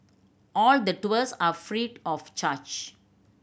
all the tours are free of charge